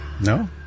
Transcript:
No